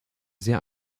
sehr